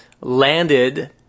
landed